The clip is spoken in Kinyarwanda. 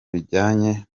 bijyanye